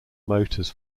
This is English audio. motors